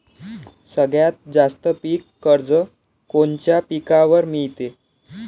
सगळ्यात जास्त पीक कर्ज कोनच्या पिकावर मिळते?